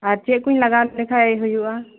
ᱟᱨ ᱪᱮᱜ ᱠᱚᱧ ᱞᱟᱜᱟᱣ ᱞᱮᱠᱷᱟᱱ ᱦᱩᱭᱩᱜᱼᱟ